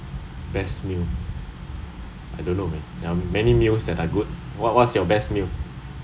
best meals I don't know man there are many meals that's are good what what your best meal